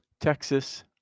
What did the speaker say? Texas